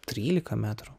trylika metrų